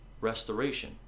restoration